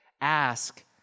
ask